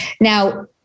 Now